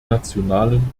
nationalen